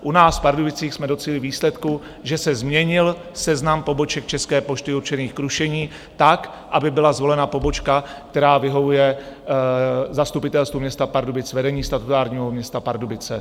U nás v Pardubicích jsme docílili výsledku, že se změnil seznam poboček České pošty určených k rušení, tak aby byla zvolena pobočka, která vyhovuje Zastupitelstvu města Pardubic, vedení statutárního města Pardubice.